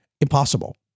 Impossible